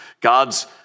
God's